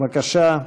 בבקשה.